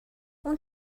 اون